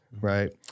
right